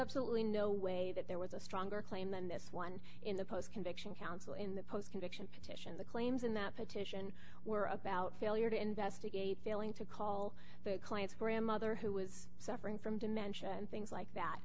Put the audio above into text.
absolutely no way that there was a stronger claim than this one in the post conviction counsel in the post conviction petition the claims in that petition were about failure to investigate failing to call their client's grandmother who was suffering from dementia and things like that